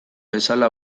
bezala